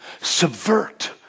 subvert